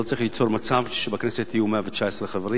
לא צריך ליצור מצב שבכנסת יהיו 119 חברים.